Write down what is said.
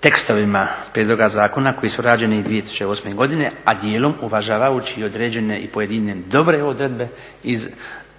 tekstovima prijedloga zakona koji su rađeni 2008. godine, a dijelom uvažavajući i određene i pojedine dobre odredbe iz